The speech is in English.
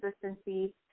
consistency